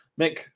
Mick